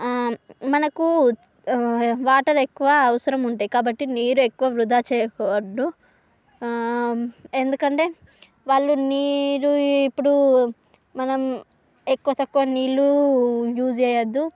మనకు వాటర్ ఎక్కువ అవసరం ఉంటాయ్ కాబట్టి నీరు ఎక్కువ వృధా చేయకూడదు ఎందుకంటే వాళ్ళు నీరు ఇప్పుడు మనం ఎక్కువ తక్కువ నీళ్లు యూజ్ చేయొద్దు